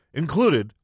included